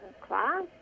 class